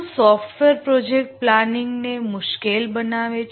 કોણ સોફ્ટવેર પ્રોજેક્ટના આયોજનને મુશ્કેલ બનાવે છે